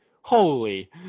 Holy